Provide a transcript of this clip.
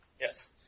Yes